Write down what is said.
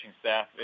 staff